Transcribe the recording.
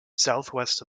southwest